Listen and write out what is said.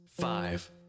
five